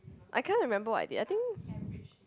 I can't remember what I did I think